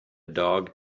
dog